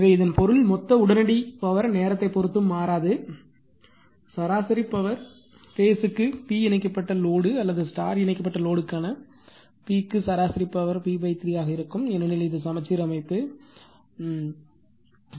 எனவே இதன் பொருள் மொத்த உடனடி பவர் நேரத்தை பொறுத்து மாறாது சராசரி பவர் பேஸ்க்கு P இணைக்கப்பட்ட லோடு அல்லது ஸ்டார் இணைக்கப்பட்ட லோடுக்கான P க்கு சராசரி பவர் p 3 ஆக இருக்கும் ஏனெனில் இது சமச்சீர் அமைப்பு இது ஒரு சீரான அமைப்பு